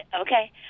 Okay